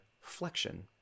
flexion